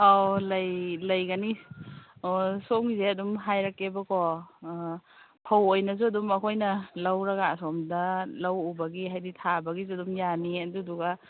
ꯑꯧ ꯂꯩꯒꯅꯤ ꯑꯣ ꯁꯣꯝꯒꯤꯁꯦ ꯑꯗꯨꯝ ꯍꯥꯏꯔꯛꯀꯦꯕꯀꯣ ꯐꯧ ꯑꯣꯏꯅꯁꯨ ꯑꯗꯨꯝ ꯑꯩꯈꯣꯏꯅ ꯂꯧꯔꯒ ꯑꯁꯣꯝꯗ ꯂꯧ ꯎꯕꯒꯤ ꯍꯥꯏꯗꯤ ꯊꯥꯕꯒꯤꯁꯨ ꯑꯗꯨꯝ ꯌꯥꯅꯤꯌꯦ ꯑꯗꯨꯗꯒ